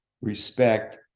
respect